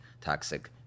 toxic